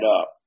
up